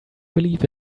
believe